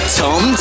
tom